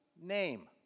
name